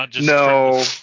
No